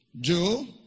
Joe